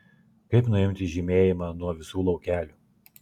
kaip nuimti žymėjimą nuo visų laukelių